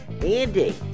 Andy